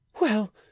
Well